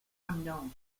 unknown